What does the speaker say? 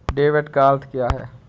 Debit का अर्थ क्या है?